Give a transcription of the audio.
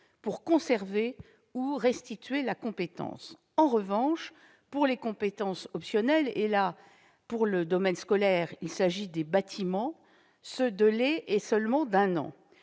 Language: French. pour conserver ou restituer la compétence. En revanche, pour les compétences optionnelles- dans le domaine scolaire, il s'agit des bâtiments -, ce délai est seulement d'un an.